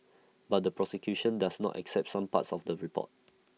but the prosecution does not accept some parts of the report